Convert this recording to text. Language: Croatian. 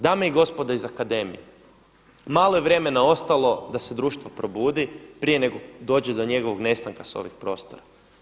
Dame i gospodo iz akademije malo je vremena ostalo da se društvo probudi nego dođe do njegovog nestanka sa ovih prostora.